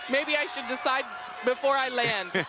maybe i should decide before i land.